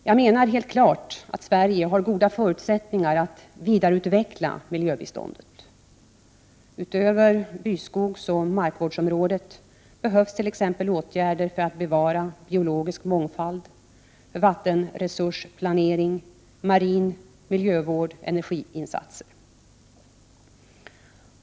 Jag menar helt klart att Sverige har goda förutsättningar att vidareutveckla miljöbiståndet. Utöver byskogsoch markvårdsområdet behövs t.ex. åtgärder för att bevara biologisk mångfald, för vattenresursplanering, marin miljövård och energiinsatser.